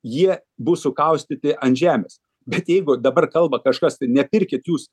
jie bus sukaustyti ant žemės bet jeigu dabar kalba kažkas tai nepirkit jūs